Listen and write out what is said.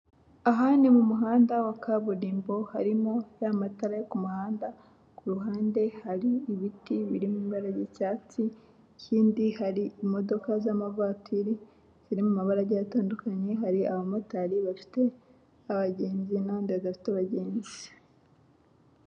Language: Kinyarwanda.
Aha ni mu muhanda wa kaburimbo harimo ya matara yo ku muhanda, ku ruhande hari ibiti biri mu ibara ry'icyatsi, ikindi hari imodoka z'amavatiri ziri mu mabara agiye atandukanye, hari abamotari bafite abagenzi n'abandi badafite abagenzi.